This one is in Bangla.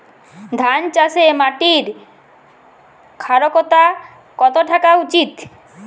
ধান চাষে মাটির ক্ষারকতা কত থাকা উচিৎ?